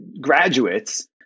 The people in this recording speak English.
graduates